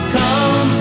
come